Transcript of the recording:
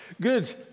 Good